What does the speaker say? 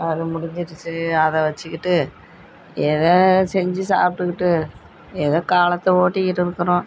அது முடிஞ்சிருச்சு அதை வச்சுக்கிட்டு ஏதோ செஞ்சு சாப்பிட்டுக்கிட்டு ஏதோ காலத்தை ஓட்டிக்கிட்டு இருக்கிறோம்